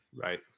Right